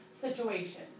situation